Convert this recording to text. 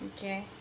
okay